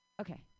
Okay